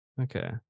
Okay